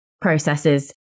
processes